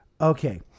Okay